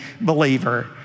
believer